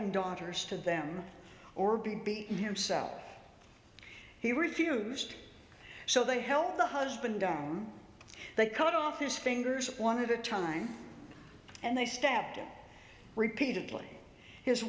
and daughters to them or be himself he refused so they helped the husband down they cut off his fingers one of the time and they stabbed him repeatedly his